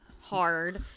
hard